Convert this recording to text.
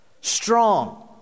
strong